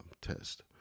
test